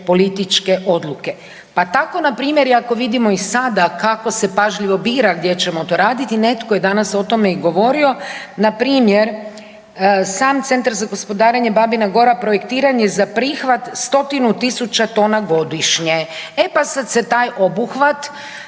političke odluke. Pa tako npr. i ako vidimo i sada kako se pažljivo bira gdje ćemo to raditi, netko je danas o tome i govorio npr. sam centar za gospodarenje Babina Gora projektiran je za prihvat 100.000 tona godišnje. E pa sad se taj obuhvat